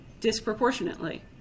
disproportionately